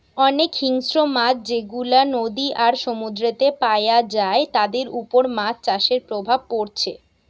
অনেক হিংস্র মাছ যেগুলা নদী আর সমুদ্রেতে পায়া যায় তাদের উপর মাছ চাষের প্রভাব পড়ছে